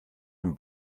dem